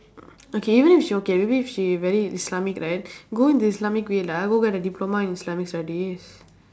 okay even if she okay maybe if she very islamic right go into islamic great lah go get a diploma in islamic studies